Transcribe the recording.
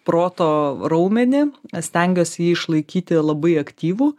proto raumenį stengiuosi jį išlaikyti labai aktyvų